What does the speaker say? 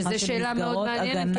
שזו שאלה מאוד מעניינת.